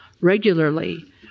regularly